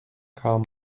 kam